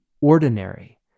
ordinary